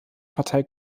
partei